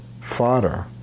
fodder